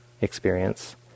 experience